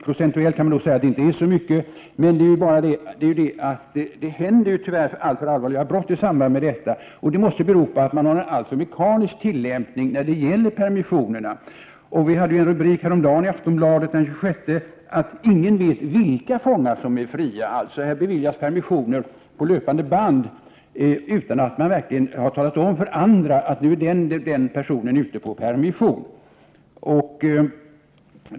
Procentuellt kan man säga att det inte är så många som rymmer, men tyvärr händer det alltför allvarliga brott i samband med sådant, och det måste bero på att man har en alltför mekanisk tillämpning av permissionsbestämmelserna. Aftonbladet hade häromdagen, den 26 november, rubriken: ”Ingen vet vilka fångar som är fria”. Här beviljas alltså permissioner på löpande band, utan att man har talat om för andra att den och den personen är ute på permission.